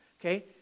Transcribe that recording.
okay